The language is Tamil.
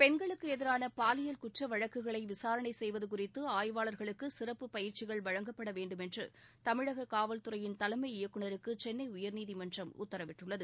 பெண்களுக்கு எதிரான பாலியல் குற்ற வழக்குகளை விசாரணை செய்வது குறித்து ஆய்வாளா்களுக்கு சிறப்பு பயிற்சி வழங்க வேண்டும் என்று தமிழக காவல்துறையின் தலைமை இயக்குநருக்கு சென்னை உயர்நீதிமன்றம் உத்தரவிட்டுள்ளது